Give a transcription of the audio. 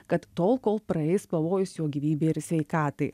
kad tol kol praeis pavojus jo gyvybei ir sveikatai